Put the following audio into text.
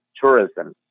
tourism